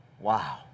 wow